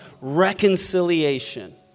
reconciliation